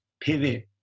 pivot